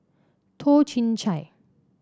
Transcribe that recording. Toh Chin Chye